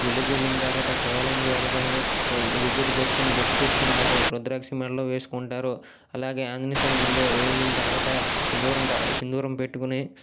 గుళ్ళకు వెళ్ళిన తర్వాత శివాలయంకు వెళ్ళగానే విబూది పెట్టుకొని బొట్టు పెట్టుకుంటారు రుద్రాక్ష మెడలో వేసుకుంటారు అలాగే ఆంజినేయ స్వామి గుడిలో వెళ్ళిన తర్వాత సిందూరం కా సిందూరం పెట్టుకొని